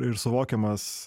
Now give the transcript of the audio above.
ir suvokiamas